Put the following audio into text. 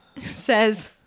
says